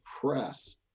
press